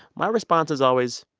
my response is always,